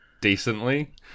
decently